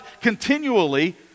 continually